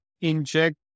inject